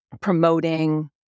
promoting